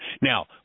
Now